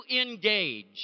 engage